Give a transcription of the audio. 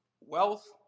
wealth